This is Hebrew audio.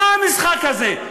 מה המשחק הזה?